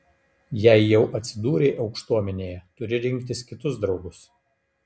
jei jau atsidūrei aukštuomenėje turi rinktis kitus draugus